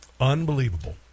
Unbelievable